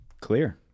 Clear